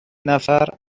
نفر